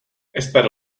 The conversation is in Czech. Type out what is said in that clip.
ester